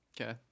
Okay